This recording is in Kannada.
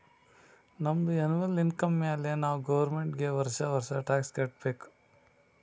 ನಮ್ದು ಎನ್ನವಲ್ ಇನ್ಕಮ್ ಮ್ಯಾಲೆ ನಾವ್ ಗೌರ್ಮೆಂಟ್ಗ್ ವರ್ಷಾ ವರ್ಷಾ ಟ್ಯಾಕ್ಸ್ ಕಟ್ಟಬೇಕ್